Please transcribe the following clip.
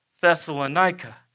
Thessalonica